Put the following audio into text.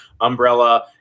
umbrella